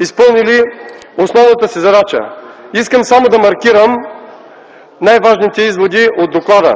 изпълнили основната си задача. Искам само да маркирам най-важните изводи от доклада.